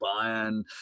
Bayern